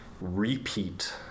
repeat